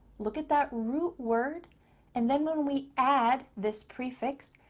look at that root word and then when we add this prefix,